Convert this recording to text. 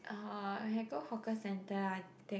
uh you can go hawker centre and take